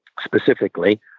specifically